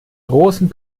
großen